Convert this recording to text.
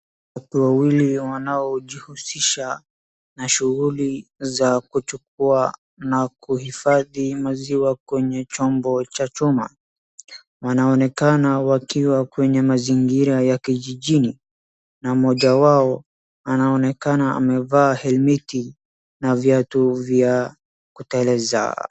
Watu wawili wanaojihusisha na shughuli za kuchukua na kuhifadhi maziwa kwenye chombo cha chuma. Wanaonekana wakiwa kwenye mazingira ya kijijini na mmoja wao anaonekana amevaa helmeti na viatu vya kuteleza.